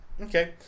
okay